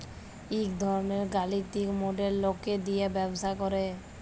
ইক ধরলের গালিতিক মডেল লকে দিয়ে ব্যবসা করে